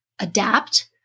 adapt